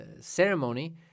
ceremony